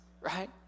right